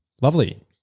Lovely